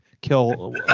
kill